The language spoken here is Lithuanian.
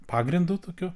pagrindu tokiu